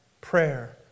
Prayer